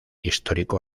histórico